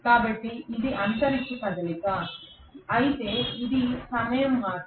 కాబట్టి ఇది అంతరిక్ష కదలిక అయితే ఇది సమయం మార్పు